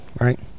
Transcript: right